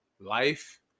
life